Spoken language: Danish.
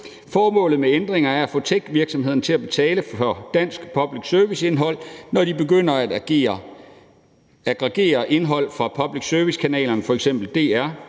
Formålet med ændringerne er at få techvirksomhederne til at betale for dansk public service-indhold, når de begynder at aggregere indhold fra public service-kanalerne, f.eks. DR.